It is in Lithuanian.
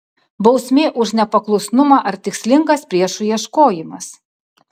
bausmė už nepaklusnumą ar tikslingas priešų ieškojimas